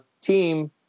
team